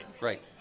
right